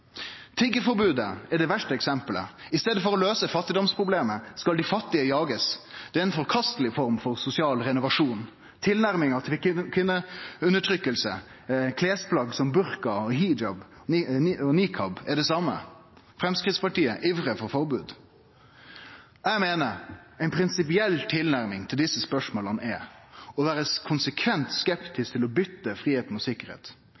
Tiggeforbodet er det verste eksemplet. I staden for å løyse fattigdomsproblemet skal dei fattige jagast. Det er ein forkasteleg form for sosial renovasjon – tilnærminga til kvinneundertrykking og klesplagg som burka og niqab er det same. Framstegspartiet ivrar for forbod. Eg meiner at ei prinsipiell tilnærming til desse spørsmåla er å vere konsekvent skeptisk til å bytte fridom mot sikkerheit og